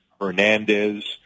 Hernandez